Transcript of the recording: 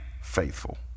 faithful